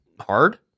hard